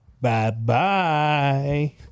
Bye-bye